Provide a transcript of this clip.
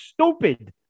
stupid